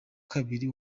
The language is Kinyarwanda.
kabiri